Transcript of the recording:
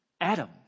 Adam